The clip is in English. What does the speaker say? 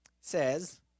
says